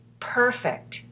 perfect